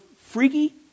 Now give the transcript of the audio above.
freaky